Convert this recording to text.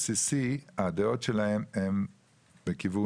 ובשנת 2012 או ב-2011 גם